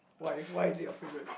why why is it your favorite